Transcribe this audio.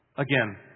Again